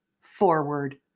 forward